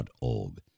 org